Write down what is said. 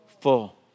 full